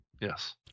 Yes